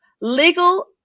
legal